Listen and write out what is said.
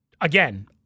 Again